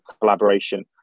collaboration